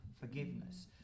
forgiveness